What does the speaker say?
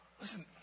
Listen